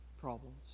problems